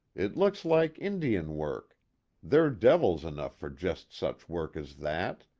it looks like indian-work they're devils enough for just such work as that